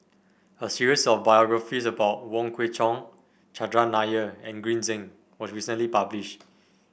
a series of biographies about Wong Kwei Cheong Chandran Nair and Green Zeng was recently published